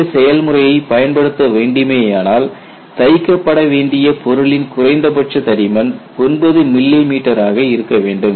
இந்த செயல்முறையை பயன்படுத்த வேண்டுமேயானால் தைக்கப்பட வேண்டிய பொருளின் குறைந்தபட்ச தடிமன் 9 மிமீ ஆக இருக்க வேண்டும்